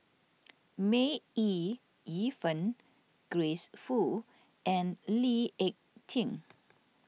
May Ooi Yu Fen Grace Fu and Lee Ek Tieng